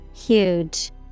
Huge